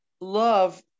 love